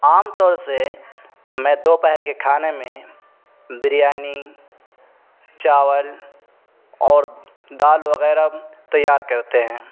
عام طور سے میں دوپہر کے کھانے میں بریانی چاول اور دال وغیرہ تیار کرتے ہیں